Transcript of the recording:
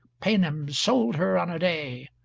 paynims sold her on a day!